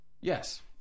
Yes